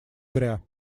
зря